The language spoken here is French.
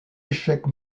échec